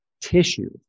tissue